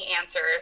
answers